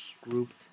group